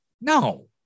No